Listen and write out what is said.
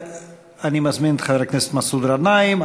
אני מזמין את חבר הכנסת מסעוד גנאים.